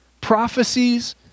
prophecies